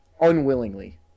unwillingly